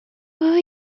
were